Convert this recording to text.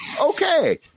Okay